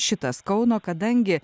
šitas kauno kadangi